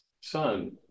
son